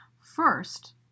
First